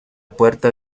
puerta